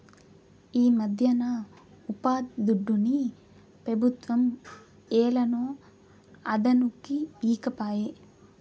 ఈమధ్యన ఉపాధిదుడ్డుని పెబుత్వం ఏలనో అదనుకి ఈకపాయే